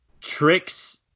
tricks